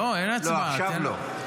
לא, אין הצבעה, תן לנו.